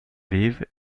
vives